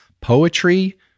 poetry